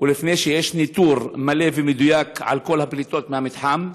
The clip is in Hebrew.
ולפני שיש ניטור מלא ומדויק על כל הפליטות מהמתחם?